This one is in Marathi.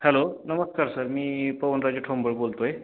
हॅलो नमस्कार सर मी पवनराजे ठोंबर बोलतो आहे